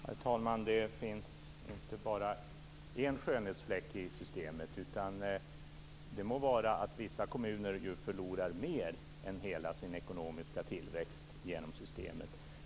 Herr talman! Det finns inte bara en skönhetsfläck i systemet. Det må vara att vissa kommuner förlorar mer än hela sin ekonomiska tillväxt genom systemet.